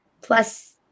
plus